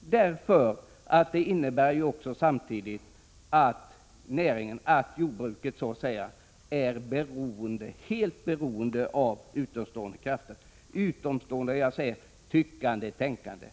De här reglerna innebär ju samtidigt att jordbruket är helt beroende av utomstående krafter, utomstående tyckande och tänkande.